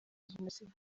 jenoside